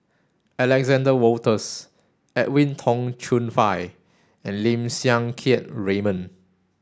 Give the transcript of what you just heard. Alexander Wolters Edwin Tong Chun Fai and Lim Siang Keat Raymond